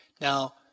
Now